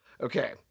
Okay